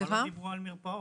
לא דיברו על מרפאות,